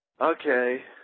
Okay